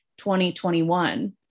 2021